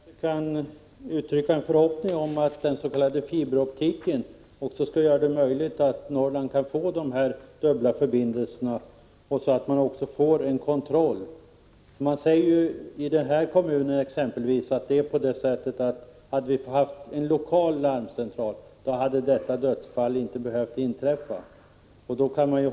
Herr talman! Jag vill uttrycka en förhoppning om att den s.k. fiberoptiken skall göra att Norrland kan få de här dubbla förbindelserna och att man också får en kontroll. Man säger i de kommuner det här gäller att om vi hade haft en lokal larmcentral, så hade detta dödsfall inte behövt inträffa.